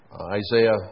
Isaiah